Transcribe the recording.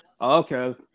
Okay